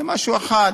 זה משהו אחד.